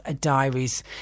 diaries